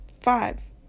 Five